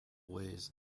ways